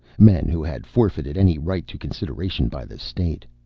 men who had forfeited any right to consideration by the state.